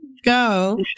go